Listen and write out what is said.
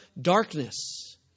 darkness